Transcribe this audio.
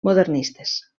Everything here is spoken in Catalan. modernistes